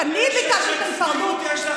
כשאני ביקשתי את ההיפרדות,